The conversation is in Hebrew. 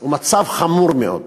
הוא מצב חמור מאוד.